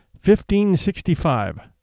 1565